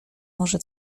może